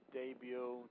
debut